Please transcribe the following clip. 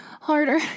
Harder